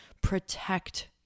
protect